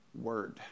word